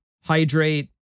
hydrate